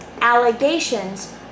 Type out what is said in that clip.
allegations